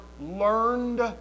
Learned